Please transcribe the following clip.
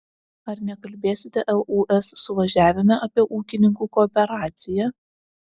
ar nekalbėsite lūs suvažiavime apie ūkininkų kooperaciją